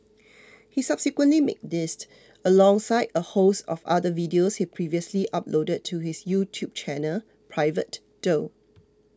he subsequently made these alongside a host of other videos he previously uploaded to his YouTube channel private though